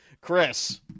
Chris